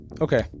Okay